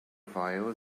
file